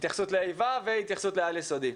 התייחסות לה'-ו' והתייחסות לעל-יסודי.